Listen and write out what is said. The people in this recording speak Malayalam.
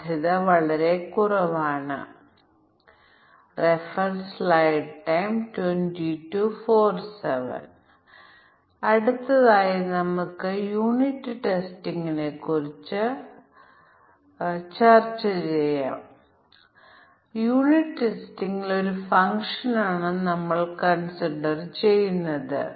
സാധുവായതും അസാധുവായതുമായ കാര്യങ്ങളെക്കുറിച്ച് നമ്മൾ ആദ്യം പറഞ്ഞത് സാധുവായതും അസാധുവായതുമായ ക്ലാസുകൾ പരിഗണിക്കണം എന്നാണ്